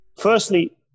firstly